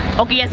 okay, yes